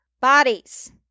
bodies